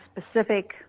specific